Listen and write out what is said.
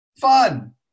Fun